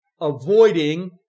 avoiding